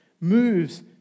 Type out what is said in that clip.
moves